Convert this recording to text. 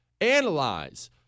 analyze